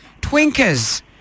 twinkers